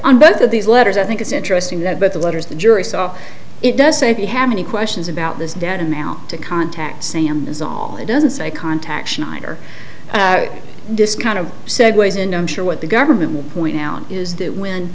on both of these letters i think it's interesting that but the letters the jury saw it does say if you have any questions about this debt amount to contact sam is all it doesn't say contact schneider discount of segues and i'm sure what the government will point out is that when